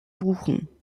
buchen